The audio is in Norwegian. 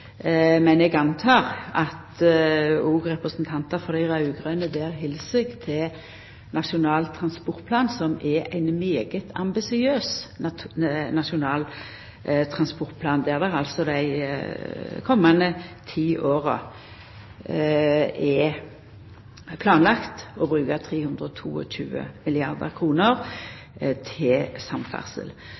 men eg antek at òg representantar for dei raud-grøne der heldt seg til Nasjonal transportplan, som er ein svært ambisiøs nasjonal transportplan, der det altså dei komande ti åra er planlagt å bruka 322 milliardar kr til samferdsel.